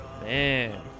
Man